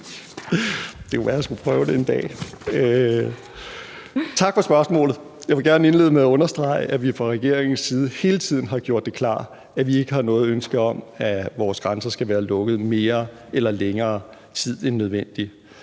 Det kunne være, jeg skulle prøve det en dag. Tak for spørgsmålet. Jeg vil gerne indlede med at understrege, at vi fra regeringens side hele tiden har gjort det klart, at vi ikke har noget ønske om, at vores grænser skal være lukket mere eller længere tid end nødvendigt.